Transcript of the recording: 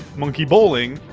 monkey bowling